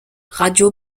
radio